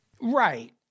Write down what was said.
Right